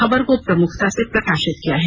खबर को प्रमुखता से प्रकाशित किया है